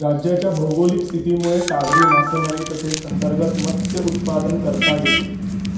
राज्याच्या भौगोलिक स्थितीमुळे सागरी मासेमारी तसेच अंतर्गत मत्स्य उत्पादन करता येते